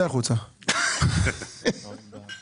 על אופקים,